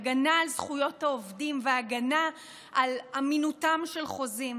הגנה על זכויות העובדים והגנה על אמינותם של חוזים.